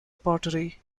pottery